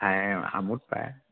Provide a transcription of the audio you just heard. আমোদ পায়